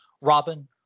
Robin